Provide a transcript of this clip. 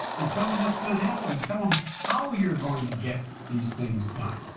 and tell them what's going to happen and tell them how you're going to get these things done.